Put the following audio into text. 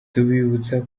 tubibutse